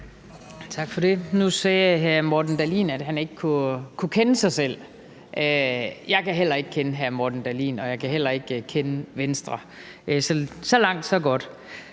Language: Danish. Tak for det. Nu sagde hr. Morten Dahlin, at han ikke kunne kende sig selv. Jeg kan heller ikke kende hr. Morten Dahlin, og jeg kan heller ikke kende Venstre. Så langt, så godt.